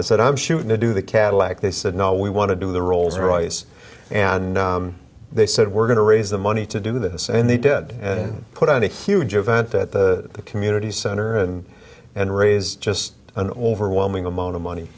i said i'm shooting to do the cadillac they said no we want to do the rolls royce and they said we're going to raise the money to do this and they did and put on a huge event at the community center and and raise just an overwhelming amount of money